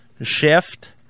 shift